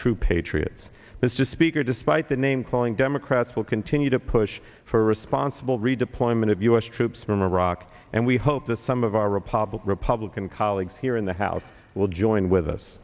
true patriots is just speaker despite the name calling democrats will continue to push for a responsible redeployment of u s troops from iraq and we hope that some of our republic republican colleagues here in the house will join with us